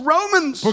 Romans